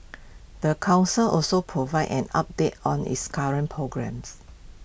the Council also provided an update on its current programmes